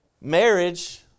Marriage